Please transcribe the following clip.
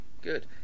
good